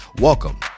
Welcome